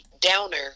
downer